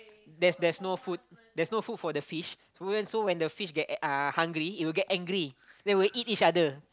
there's there's no food there's no food for the fish so when so when the fish get uh hungry it will get angry then it will eat each other